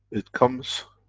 it comes.